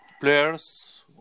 players